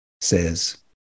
says